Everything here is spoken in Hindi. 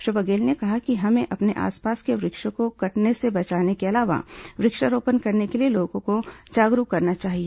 श्री बघेल ने कहा कि हमें अपने आसपास के वृक्षों को कटने से बचाने के अलावा वृक्षारोपण करने के लिए लोगों को जागरूक करना चाहिए